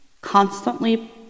constantly